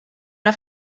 una